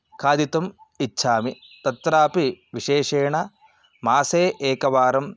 खादितुम् इच्छामि तत्रापि विशेषेण मासे एकवारं